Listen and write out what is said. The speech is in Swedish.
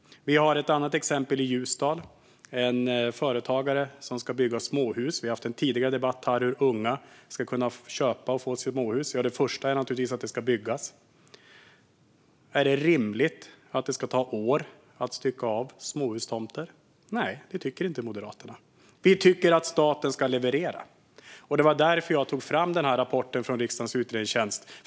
Det finns ett annat exempel i Ljusdal, där en företagare ska bygga småhus. Vi har tidigare haft en debatt här om hur unga ska kunna köpa småhus. Ja, för det första ska husen naturligtvis byggas. Är det rimligt att det tar år att stycka av småhustomter? Nej, det tycker inte Moderaterna. Vi tycker att staten ska leverera. Det var därför jag bad riksdagens utredningstjänst att ta fram den här rapporten.